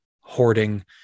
hoarding